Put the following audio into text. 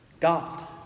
God